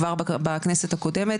כבר בכנסת הקודמת,